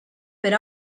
per